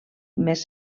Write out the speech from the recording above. més